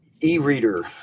E-reader